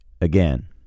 again